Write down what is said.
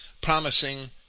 promising